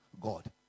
God